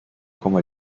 como